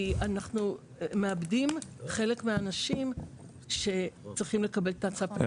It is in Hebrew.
כי אנחנו מאבדים חלק מהאנשים שצריכים לקבל את צו הפיקוח האלקטרוני.